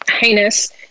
heinous